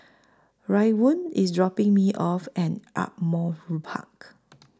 Raekwon IS dropping Me off At Ardmore Park